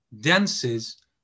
dances